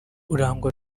urangwa